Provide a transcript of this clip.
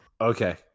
Okay